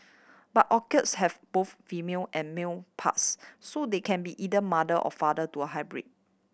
but orchids have both female and male parts so they can be either mother or father to a hybrid